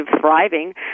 thriving